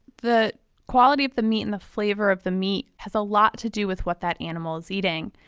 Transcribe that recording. the quality of the meat and the flavor of the meat has a lot to do with what that animal is eating.